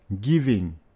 giving